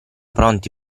pronti